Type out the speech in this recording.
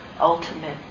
ultimate